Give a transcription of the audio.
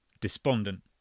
despondent